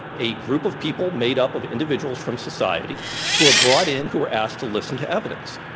a group of people made up of individuals from society who are brought in, who are asked to listen to evidence.